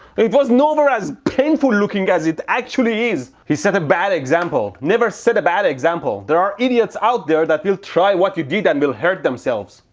but it was never as painful looking as it actually is! he set a bad example. never set a bad example, there are idiots out there that will try what you did and will hurt themselves.